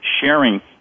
sharing